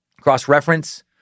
cross-reference